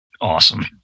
awesome